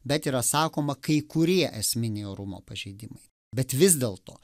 bet yra sakoma kai kurie esminiai orumo pažeidimai bet vis dėlto